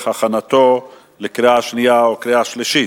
הכנתה לקריאה שנייה ולקריאה שלישית.